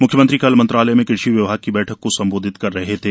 म्ख्यमंत्री कल मंत्रालय में कृषि विभाग की बैठक को संबोधित कर रहे थे